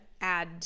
add